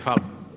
Hvala.